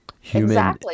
human